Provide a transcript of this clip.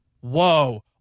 Whoa